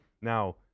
Now